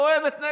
טוענת,